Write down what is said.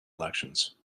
elections